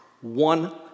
One